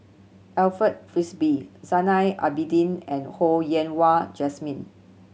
Alfred Frisby Zainal Abidin and Ho Yen Wah Jesmine